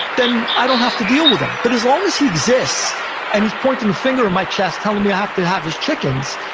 then i don't have to deal with him, but as long as he exists and he's pointing a finger in my chest telling me i have to have his chickens,